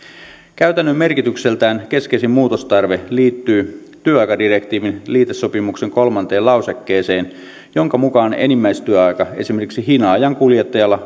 käytännön merkitykseltään keskeisin muutostarve liittyy työaikadirektiivin liitesopimuksen kolmanteen lausekkeeseen jonka mukaan enimmäistyöaika esimerkiksi hinaajan kuljettajalla